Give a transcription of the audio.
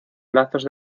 lados